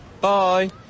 Bye